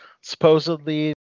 Supposedly